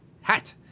hat